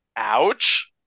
Ouch